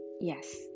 Yes